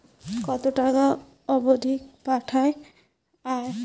কতো টাকা অবধি পাঠা য়ায়?